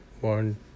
one